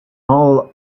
all